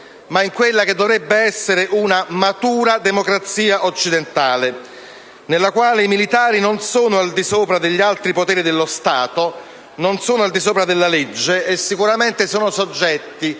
ma in quella che dovrebbe essere una matura democrazia occidentale, nella quale i militari non sono al di sopra degli altri poteri dello Stato, non sono al di sopra della legge e sicuramente sono soggetti